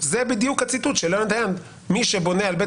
זה בדיוק הציטוט של לרנד הנד: "מי שבונה על בית